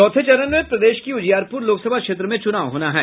चौथे चरण में प्रदेश की उजियारपुर लोकसभा क्षेत्र में चुनाव होना है